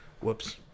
Whoops